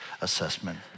assessment